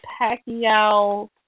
Pacquiao